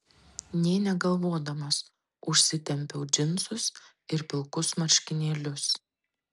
nė negalvodamas užsitempiau džinsus ir pilkus marškinėlius